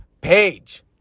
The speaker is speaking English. page